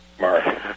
mark